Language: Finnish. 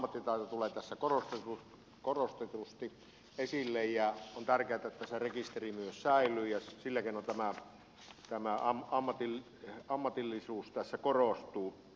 nyt ammattitaito tulee tässä korotetusti esille ja on tärkeätä että se rekisteri myös säilyy ja sillä keinoin ammatillisuus tässä korostuu